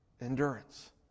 endurance